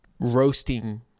roasting